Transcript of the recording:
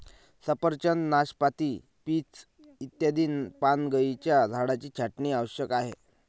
सफरचंद, नाशपाती, पीच इत्यादी पानगळीच्या झाडांची छाटणी आवश्यक आहे